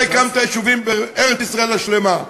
אתה הקמת יישובים בארץ-ישראל השלמה,